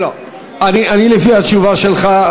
לפי התשובה שלך,